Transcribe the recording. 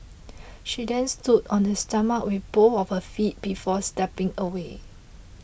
she then stood on his stomach with both of her feet before stepping away